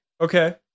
Okay